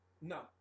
No